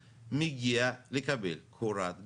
אזרחי מדינת ישראל,